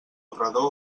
corredor